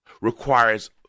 requires